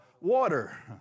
water